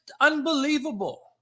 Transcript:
unbelievable